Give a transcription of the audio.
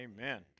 Amen